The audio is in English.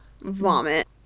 vomit